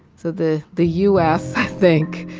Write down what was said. so, the the u s, i think,